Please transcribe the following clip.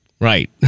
Right